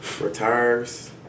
retires